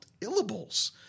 Illibles